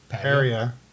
area